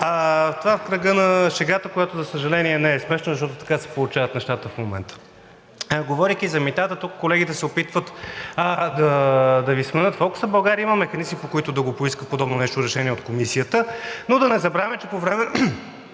Това – в кръга на шегата, която, за съжаление, не е смешна, защото така се получават нещата в момента. Говорейки за митата, тук колегите се опитват да Ви сменят фокуса. България има механизми, по които да поиска подобно нещо – решение от Комисията. Но да не забравяме, че по време